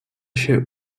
się